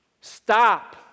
stop